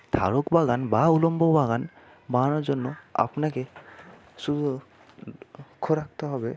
ধারক বাগান বা উল্লম্ব বাগান বানানোর জন্য আপনাকে শুধু লক্ষ্য রাখতে হবে